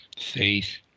faith